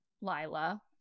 Lila